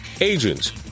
agents